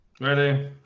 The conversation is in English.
Ready